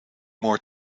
more